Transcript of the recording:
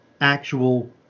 actual